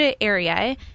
area